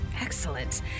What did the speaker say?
Excellent